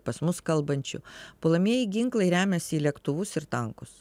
pas mus kalbančių puolamieji ginklai remiasi į lėktuvus ir tankus